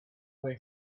way